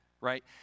right